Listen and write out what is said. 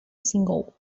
single